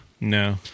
no